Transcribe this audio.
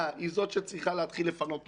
היא זאת שצריכה להתחיל לפנות תושבים,